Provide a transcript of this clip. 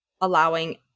allowing